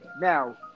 Now